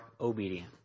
obedient